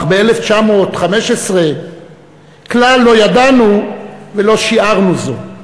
אך ב-1915 כלל לא ידענו ולא שיערנו זאת.